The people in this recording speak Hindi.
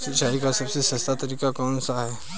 सिंचाई का सबसे सस्ता तरीका कौन सा है?